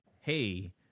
hey